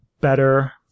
better